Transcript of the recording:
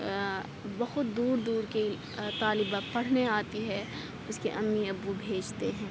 بہت دور دور کی طالبہ پڑھنے آتی ہے اس کے امی ابو بھیجتے ہیں